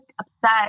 upset